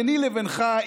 ביני לבינך,